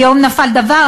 היום נפל דבר.